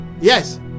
yes